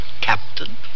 Captain